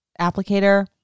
applicator